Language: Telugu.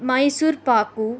మైసూర్పాకు